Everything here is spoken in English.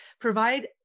provide